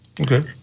Okay